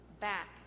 back